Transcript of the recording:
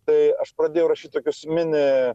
tai aš pradėjau rašyt tokius mini